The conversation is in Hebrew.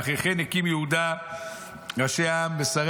"ואחרי כן הקים יהודה ראשי העם שרי